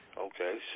okay